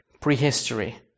prehistory